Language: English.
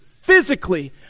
physically